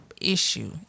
issue